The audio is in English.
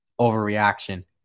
Overreaction